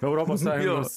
europos sąjungos